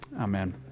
Amen